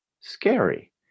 scary